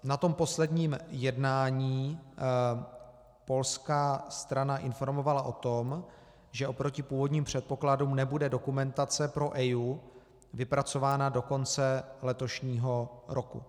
Na tom posledním jednání polská strana informovala o tom, že oproti původním předpokladům nebude dokumentace pro EIA vypracována do konce letošního roku.